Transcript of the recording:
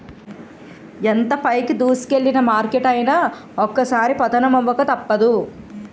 ఎంత పైకి దూసుకెల్లిన మార్కెట్ అయినా ఒక్కోసారి పతనమవక తప్పదు